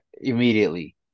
immediately